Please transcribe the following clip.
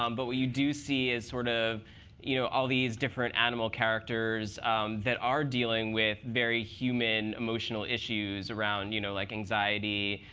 um but what you do see is sort of you know all these different animal characters that are dealing with very human emotional issues around you know like anxiety,